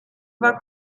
war